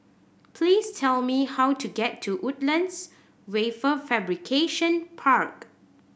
please tell me how to get to Woodlands Wafer Fabrication Park